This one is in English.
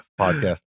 podcast